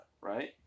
right